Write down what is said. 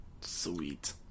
Sweet